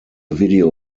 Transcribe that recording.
video